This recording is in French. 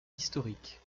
historique